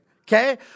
okay